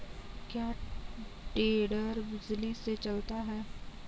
क्या टेडर बिजली से चलता है?